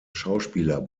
schauspieler